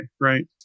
Right